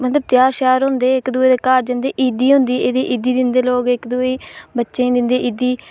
मतलब त्यार शेयार होंदे इक दूए घर जंदे ईदी होंदी एह्दी ईदी दिंदे लोग इक दूए बच्चे ई दिंदे ईदी